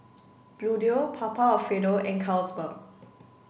Bluedio Papa Alfredo and Carlsberg